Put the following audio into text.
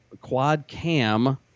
quad-cam